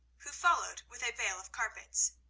who followed with a bale of carpets.